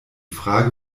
frage